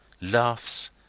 laughs